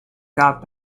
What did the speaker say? caught